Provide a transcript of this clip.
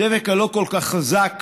הדבק הלא-כל-כך חזק